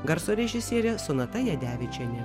garso režisierė sonata jadevičienė